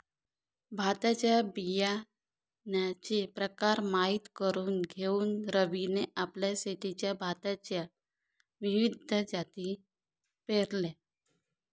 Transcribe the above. भाताच्या बियाण्याचे प्रकार माहित करून घेऊन रवीने आपल्या शेतात भाताच्या विविध जाती पेरल्या